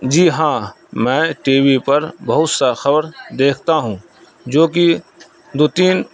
جی ہاں میں TV پر بہت سا خبر دیکھتا ہوں جوکہ دو تین